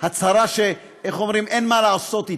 איך אומרים, הצהרה שאין מה לעשות אתה.